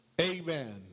amen